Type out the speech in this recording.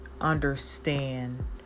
understand